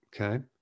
okay